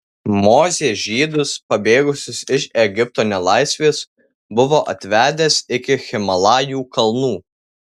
mozė žydus pabėgusius iš egipto nelaisvės buvo atvedęs iki himalajų kalnų